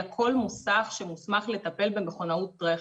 אלא כל מוסך שמוסמך לטפל במכונאות רכב.